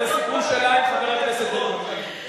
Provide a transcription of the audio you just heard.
זה סיכום שלה עם חבר הכנסת אדרי.